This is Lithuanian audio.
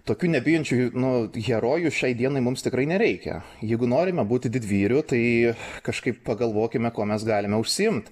tokių nebijančiųjų nu herojų šiai dienai mums tikrai nereikia jeigu norime būti didvyriu tai kažkaip pagalvokime kuo mes galime užsiimt